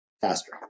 faster